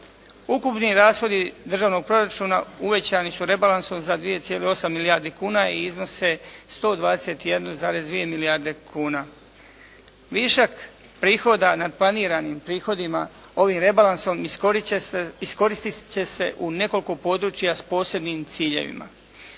Ukupni rashodi državnog proračuna uvećani su rebalansom za 2,8 milijardi kuna i iznose 121,2 milijarde kuna. Višak prihoda nad planiranim prihodima ovim rebalansom iskoristiti će se u nekoliko područja s posebnim ciljevima.